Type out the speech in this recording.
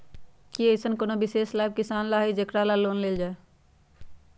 कि अईसन कोनो विशेष लाभ किसान ला हई जेकरा ला लोन लेल जाए?